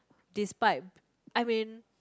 despite I mean